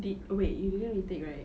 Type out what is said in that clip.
did oh wait you didn't retake right